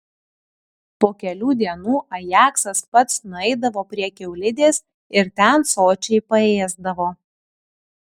po kelių dienų ajaksas pats nueidavo prie kiaulidės ir ten sočiai paėsdavo